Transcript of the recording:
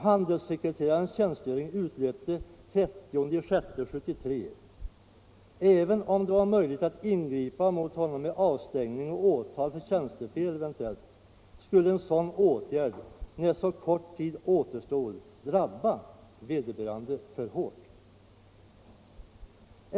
Handelssekreterarens tjänstgöring utlöpte den 30 juni 1973. Även om det är möjligt att ingripa mot honom med avstängning och åtal för tjänstefel, skulle en sådan åtgärd drabba honom för hårt, när en så kort tid återstod.